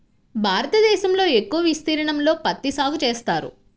భారతదేశంలో ఎక్కువ విస్తీర్ణంలో పత్తి సాగు చేస్తారు